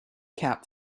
cap